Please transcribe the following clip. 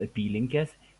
apylinkės